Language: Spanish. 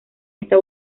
esta